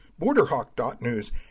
Borderhawk.news